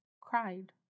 cried